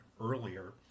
earlier